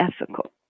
ethical